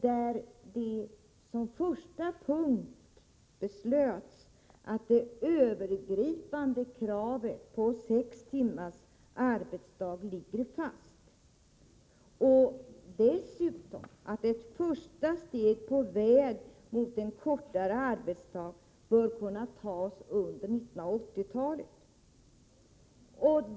Såsom första punkt beslöts att det övergripande kravet på sex timmars arbetsdag ligger fast. Ett första steg på vägen mot en kortare arbetsdag bör kunna tas på 1980-talet.